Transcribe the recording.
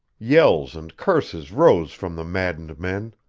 yells and curses rose from the maddened men.